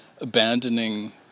abandoning